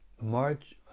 march